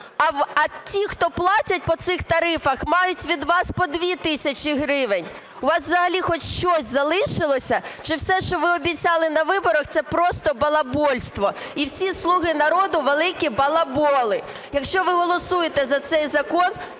А ті, хто платять по цих тарифах, мають від вас по 2 тисячі гривень. У вас взагалі хоч щось залишилося, чи все, що ви обіцяли на виборах, – це просто балабольство і всі "слуги народу" великі балаболи? Якщо ви голосуєте за цей закон,